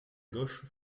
gauche